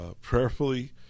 prayerfully